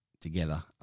together